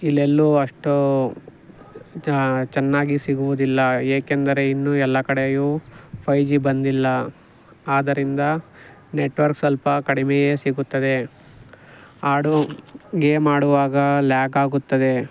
ಇಲ್ಲೆಲ್ಲೂ ಅಷ್ಟು ಚ್ ಚೆನ್ನಾಗಿ ಸಿಗುವುದಿಲ್ಲ ಏಕೆಂದರೆ ಇನ್ನೂ ಎಲ್ಲ ಕಡೆಯೂ ಫೈಜಿ ಬಂದಿಲ್ಲ ಆದರಿಂದ ನೆಟ್ವರ್ಕ್ ಸ್ವಲ್ಪ ಕಡಿಮೆಯೇ ಸಿಗುತ್ತದೆ ಆಡು ಗೇಮ್ ಆಡುವಾಗ ಲ್ಯಾಕ್ ಆಗುತ್ತದೆ